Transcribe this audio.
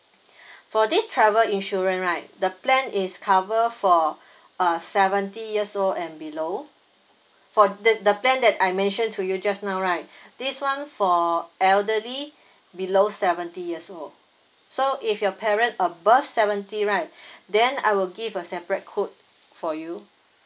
for this travel insurance right the plan is cover for uh seventy years old and below for that the plan that I mentioned to you just now right this one for elderly below seventy years old so if your parent above seventy right then I will give a separate quote for you